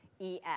Es